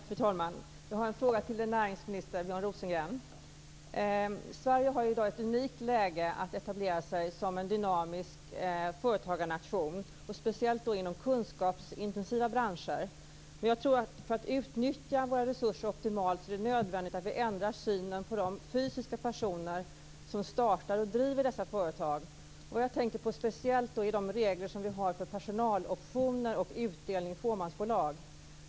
Fru talman! Jag har en fråga till näringsminister Sverige har i dag ett unikt läge att etablera sig som en dynamisk företagarnation, speciellt inom kunskapsintensiva branscher. För att vi skall kunna utnyttja våra resurser optimalt tror jag att det är nödvändigt att vi ändrar synen på de fysiska personer som startar och driver dessa företag. Jag tänker speciellt på reglerna för personaloptioner och utdelning i fåmansbolag.